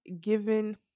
given